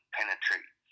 penetrate